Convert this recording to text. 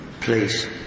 Please